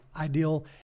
Ideal